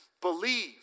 believe